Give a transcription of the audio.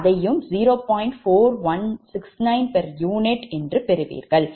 4169 p𝑢 பெறுவீர்கள்